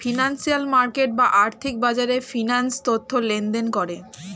financial market বা আর্থিক বাজারে ফিন্যান্স তথ্য লেনদেন করে